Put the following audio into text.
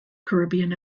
caribbean